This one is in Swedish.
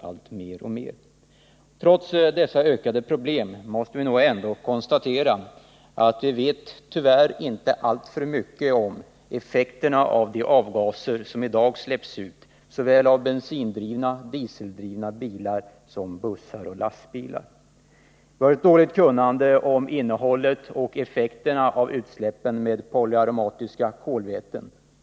Trots denna uppmärksamhet på de ökade problemen måste vi nog ändå konstatera att vi tyvärr inte vet alltför mycket om effekterna av de avgaser som i dag släpps ut, såväl av bensinoch dieseldrivna bilar som av bussar och lastbilar. Vi har ett dåligt kunnande om effekterna av de utsläpp som innehåller polyaromatiska kolväten.